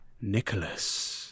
Nicholas